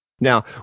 Now